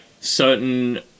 certain